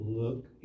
look